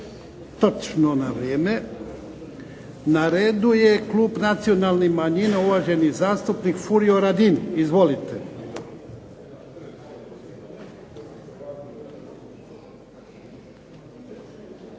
Točno na vrijeme. Na redu je Klub nacionalnih manjina, uvaženi zastupnik Furio Radin. Izvolite.